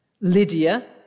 Lydia